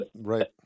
Right